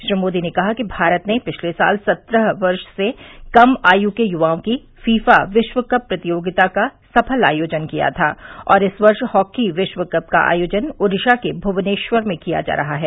श्री मोदी ने कहा कि भारत ने पिछले साल सत्रह वर्ष से कम आयु के युवाओं की फीफा विश्व कप प्रतियोगिता का सफल आयोजन किया था और इस वर्ष हॉकी विश्व कप का आयोजन ओडिशा के भुवनेश्वर में किया जा रहा है